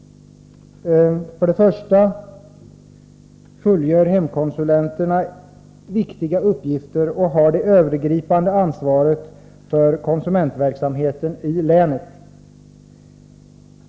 För det första fullgör hemkonsulenterna viktiga uppgifter, och de har det övergripande ansvaret för konsumentverksamheten i länet.